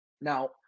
Now